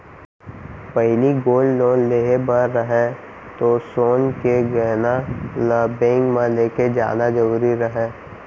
पहिली gold loan लेहे बर रहय तौ सोन के गहना ल बेंक म लेके जाना जरूरी रहय